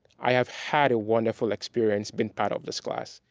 i have had a wonderful experience being part of this class,